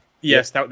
Yes